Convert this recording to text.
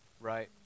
Right